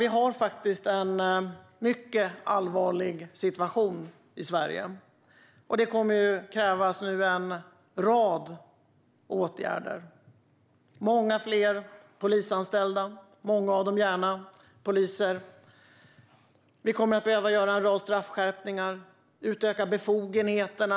Vi har faktiskt en mycket allvarlig situation i Sverige, och det kommer att krävas en rad åtgärder. Många fler polisanställda behövs, och många av dem ska gärna vara poliser. Vi kommer att behöva göra en rad straffskärpningar och utöka befogenheterna.